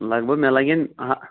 لگ بگ مےٚ لَگن آ